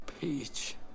Peach